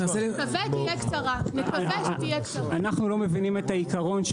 אנחנו לא מבינים את העיקרון,